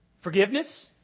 Forgiveness